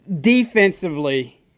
Defensively